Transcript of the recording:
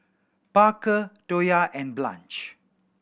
Parker Toya and Blanche